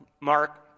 Mark